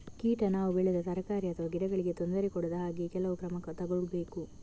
ಕೀಟ ನಾವು ಬೆಳೆದ ತರಕಾರಿ ಅಥವಾ ಗಿಡಗಳಿಗೆ ತೊಂದರೆ ಕೊಡದ ಹಾಗೆ ಕೆಲವು ಕ್ರಮ ತಗೊಳ್ಬೇಕು